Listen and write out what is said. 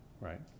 Right